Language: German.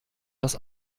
das